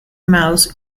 mouse